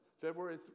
February